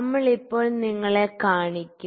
ഞങ്ങൾ ഇപ്പോൾ നിങ്ങളെ കാണിക്കും